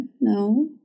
no